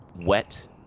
wet